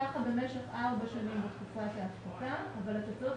כך במשך ארבע שנים בתקופת ההפחתה אבל אתה צריך